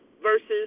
versus